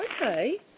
Okay